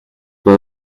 pas